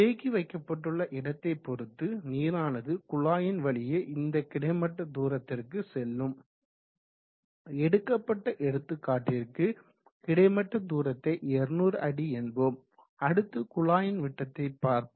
தேக்கி வைக்கப்பட்டுள்ள இடத்தை பொறுத்து நீரானது குழாயின் வழியே இந்த கிடைமட்ட தூரத்திற்கு செல்லும் எடுக்கப்பட்ட எடுத்துக்காட்டிற்கு கிடைமட்ட தூரத்தை 200அடி என்போம் அடுத்து குழாயின் விட்டத்தை பார்ப்போம்